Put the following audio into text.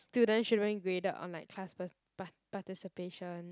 students shouldn't be graded on like class par~ participation